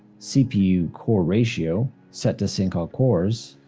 cpu core ratio, set to sync all cores.